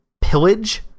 pillage